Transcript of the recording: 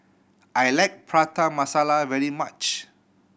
I like Prata Masala very much